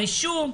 רישום,